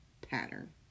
pattern